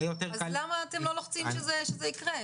אז למה אתם לא לוחצים שזה יקרה?